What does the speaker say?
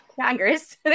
Congress